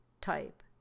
type